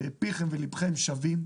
פיכם וליבכם שווים,